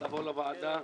לבוא לוועדה.